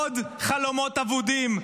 עוד חלומות אבודים.